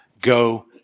Go